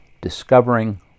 Discovering